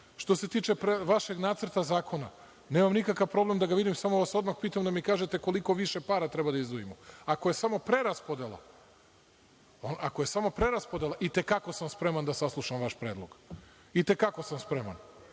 se tiče vašeg nacrta zakona, nemam nikakav problem da ga vidim, samo vas odmah pitam da mi kažete koliko više para treba da izdvojimo. Ako je samo preraspodela i te kako sam spreman da saslušam vaš predlog,